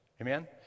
Amen